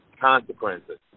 Consequences